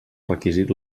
requisit